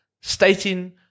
stating